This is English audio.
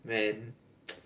man